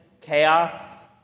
chaos